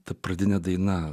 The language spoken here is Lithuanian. ta pradinė daina